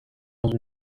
dans